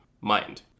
mind